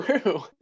true